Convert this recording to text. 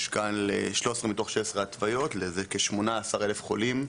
כאן ל-13 מתוך 16 התוויות לכ-18 אלף חולים